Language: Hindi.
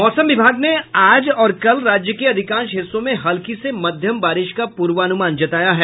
मौसम विभाग ने आज और कल राज्य के अधिकांश हिस्सों में हल्की से मध्यम बारिश का पूर्वानुमान जताया है